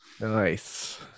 Nice